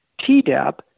Tdap